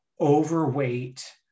overweight